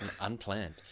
Unplanned